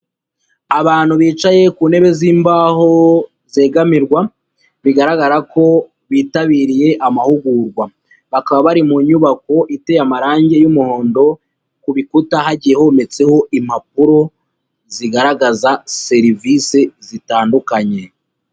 Abantu bicaye ku ntebe zimbaho zegamirwa bigaragara ko bitabiriye amahugurwa, bakaba bari mu nyubako iteye amarangi y'umuhondo ku bikuta hagiye hometseho impapuro zigaragaza serivisi zitandukanye.